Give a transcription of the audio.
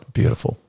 beautiful